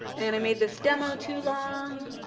and i made this demo too long.